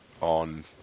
on